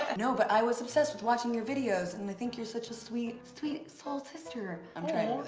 ah no but i was obsessed with watching your videos and i think you're such a sweet, sweet souled sister i'm trying